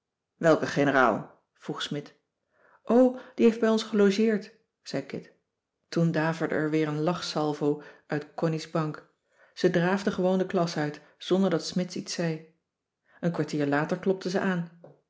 welke generaal vroeg smidt o die heeft bij ons gelogeerd zei kit toen daverde er weer een lachsalvo uit connies bank ze draafde gewoon de klas uit zonder dat smidt iets zei een kwartier later klopte ze aan